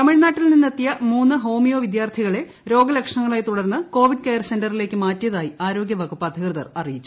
തമിഴ്നാട്ടിൽ നിന്നെത്തിയ മൂന്ന് ഹോമിയോ വിദ്യാർത്ഥികളെ രോഗലക്ഷണങ്ങളെ തുടർന്ന്കോവിഡ് കെയർ സെന്ററിലേക്ക് മാറ്റിയതായി ആരോഗ്യവകുപ്പ് അധികൃതർ അറിയിച്ചു